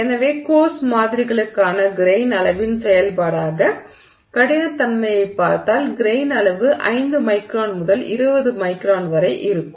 எனவே கோர்ஸ் மாதிரிகளுக்கான கிரெய்ன் அளவின் செயல்பாடாக கடினத்தன்மையைப் பார்த்தால் கிரெய்ன் அளவு 5 மைக்ரான் முதல் 20 மைக்ரான் வரை இருக்கும்